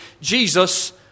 Jesus